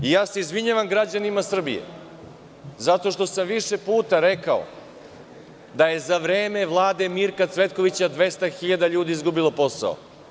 Izvinjavam se građanima Srbije zato što sam više puta rekao da je za vreme Vlade Mirka Cvetkovića 200.000 ljudi izgubilo posao.